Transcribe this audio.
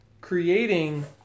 creating